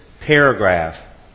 paragraph